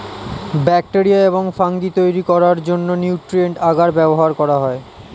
bacteria এবং fungi তৈরি করার জন্য নিউট্রিয়েন্ট আগার ব্যবহার করা হয়